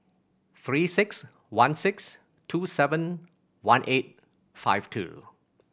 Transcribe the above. Three Six One six two seven one eight five two